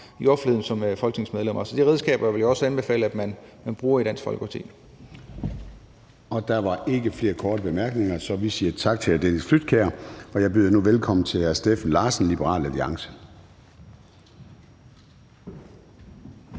i offentligheden som folketingsmedlemmer. Så de redskaber vil jeg også anbefale at man bruger i Dansk Folkeparti. Kl. 13:03 Formanden (Søren Gade): Der var ikke flere korte bemærkninger, så vi siger tak til hr. Dennis Flydtkjær. Jeg byder nu velkommen til hr. Steffen Larsen, Liberal Alliance.